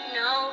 no